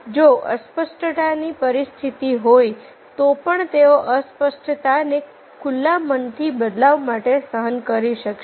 જો અસ્પષ્ટતા ની પરિસ્થિતિ હોય તો પણ તેઓ અસ્પષ્ટતા ને ખુલ્લા મનથી બદલાવ માટે સહન કરી શકશે